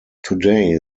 today